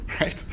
right